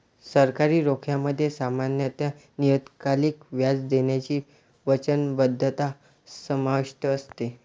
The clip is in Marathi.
सरकारी रोख्यांमध्ये सामान्यत नियतकालिक व्याज देण्याची वचनबद्धता समाविष्ट असते